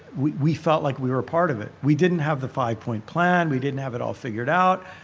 we we felt like we were part of it. we didn't have the five-point plan. we didn't have it all figured out,